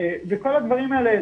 וכל הדברים האלה,